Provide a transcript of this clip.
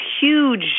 huge